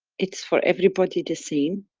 it's for everybody the same.